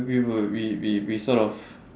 we were we we we sort of